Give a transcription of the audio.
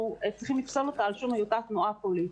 צריכים לפסול אותה על שום היותה תנועה פוליטית.